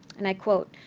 and i quote,